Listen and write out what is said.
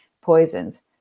poisons